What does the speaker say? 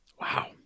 Wow